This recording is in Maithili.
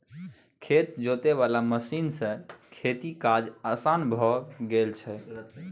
खेत जोते वाला मशीन सँ खेतीक काज असान भए गेल छै